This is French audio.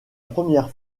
première